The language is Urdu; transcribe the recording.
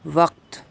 وقت